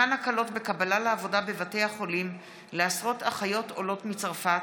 מתן הקלות בקבלה לעבודה בבתי החולים לעשרות אחיות עולות מצרפת.